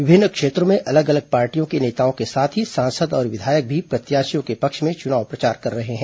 विभिन्न क्षेत्रों में अलग अलग पार्टियों के नेताओं के साथ ही सांसद और विघायक भी प्रत्याशियों के पक्ष में चनाव प्रचार कर रहे हैं